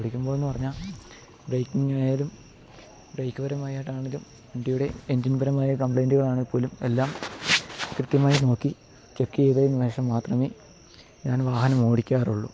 ഓടിക്കുമ്പോഴെന്നുപറഞ്ഞാല് ബ്രേക്കിങ്ങായാലും ബ്രേക്ക്പരമായിട്ടാണേലും വണ്ടിയുടെ എഞ്ചിൻപരമായ കമ്പ്ലേയ്ന്റുകളാണേപ്പോലും എല്ലാം കൃത്യമായി നോക്കി ചെക്ക് ചെയ്തതിനുശേഷം മാത്രമേ ഞാൻ വാഹനമോടിക്കാറുള്ളു